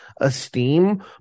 esteem